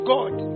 God